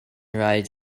rhaid